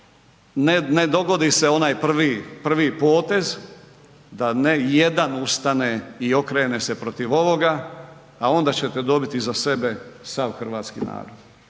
ne dogodi se onaj prvi potez da jedan ustane i okrene se protiv ovoga a onda ćete dobit iza sebe sav hrvatski narod